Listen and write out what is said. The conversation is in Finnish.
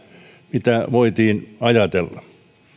voitiin ajatella